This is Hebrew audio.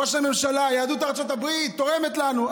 ראש הממשלה: יהדות ארצות הברית תורמת לנו,